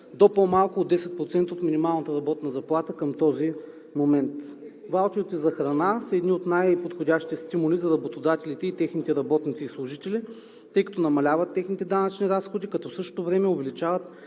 до по-малко от 10% от минималната работна заплата към този момент. Ваучерите за храна са едни от най-подходящите стимули за работодателите и техните работници и служители, тъй като намаляват техните данъчни разходи, като в същото време увеличават